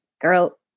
girl